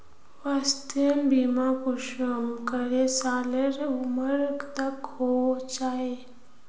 स्वास्थ्य बीमा कुंसम करे सालेर उमर तक होचए?